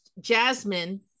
jasmine